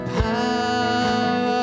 power